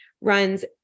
runs